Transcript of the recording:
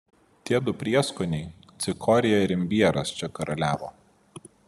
tie du prieskoniai cikorija ir imbieras čia karaliavo